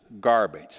garbage